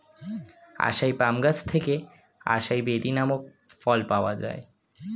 আসাই palm গাছ থেকে acai berry নামক ফল পাওয়া যায়